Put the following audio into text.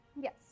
Yes